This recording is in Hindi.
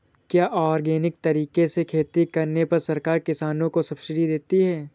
क्या ऑर्गेनिक तरीके से खेती करने पर सरकार किसानों को सब्सिडी देती है?